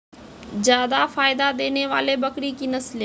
जादा फायदा देने वाले बकरी की नसले?